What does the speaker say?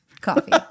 Coffee